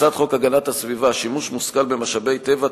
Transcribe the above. הצעת חוק הגנת הסביבה (שימוש מושכל במשאבי טבע,